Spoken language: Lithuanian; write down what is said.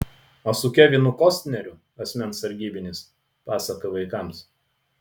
o su kevinu kostneriu asmens sargybinis pasaka vaikams